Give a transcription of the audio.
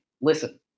Listen